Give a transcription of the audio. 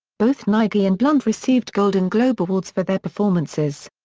both nighy and blunt received golden globe awards for their performances.